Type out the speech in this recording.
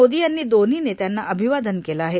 मोदी यांनी दोव्ही नेत्यांना अभिवादन केलं आहे